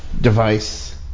device